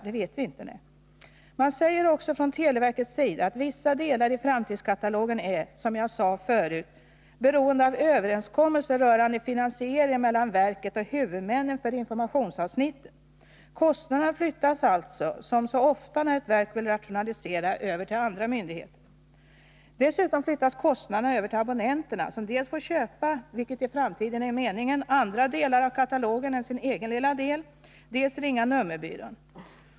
Televerket säger också att vissa delar av framtidskatalogen är, som jag nämnde förut, beroende av överenskommelser rörande finansiering mellan verket och huvudmännen för informationsavsnittet. Kostnaderna flyttas alltså över till andra myndigheter, som så ofta när ett verk vill rationalisera. Dessutom flyttas kostnaderna över till abonnenterna, som dels får köpa — det är meningen i framtiden — andra delar av katalogen än den egna lilla delen, dels ringa nummerbyrån.